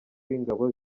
w’ingabo